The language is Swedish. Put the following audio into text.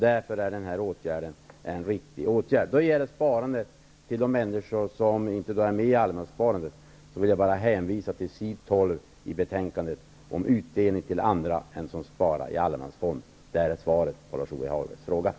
Därför är den åtgärden riktig. Vidare har vi pengarna till de människor som inte är med i allemanssparandet. Där hänvisar jag till s. 12 i betänkandet om utdelning till andra än sparare i allemansfonder. Där finns svaret på Lars